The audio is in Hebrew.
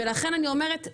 לכן אני אומרת,